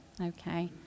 okay